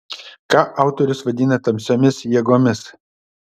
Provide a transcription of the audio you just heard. ką autorius vadina tamsiomis jėgomis